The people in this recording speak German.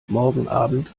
morgenabend